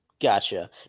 Gotcha